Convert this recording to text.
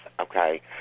Okay